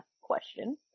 question